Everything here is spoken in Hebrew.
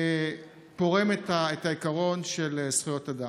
פורם את העיקרון של זכויות אדם.